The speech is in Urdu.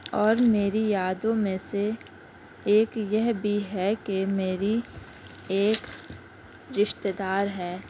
اور میری یادوں میں سے ایک یہ بھی ہے کہ میری ایک رشتے دار ہے